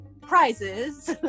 prizes